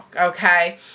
okay